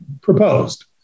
proposed